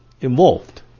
involved